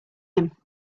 him